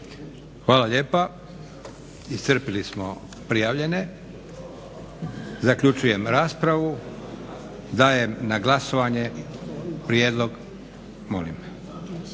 Hvala lijepa. Iscrpili smo prijavljene. Zaključujem raspravu. Dajem na glasovanje prijedlog odluke